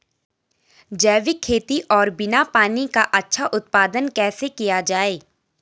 जैविक खेती और बिना पानी का अच्छा उत्पादन कैसे किया जाए?